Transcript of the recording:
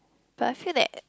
but I feel that